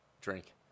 Drink